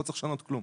לא צריך לשנות כלום.